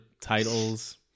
titles